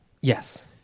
Yes